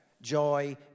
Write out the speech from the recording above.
Joy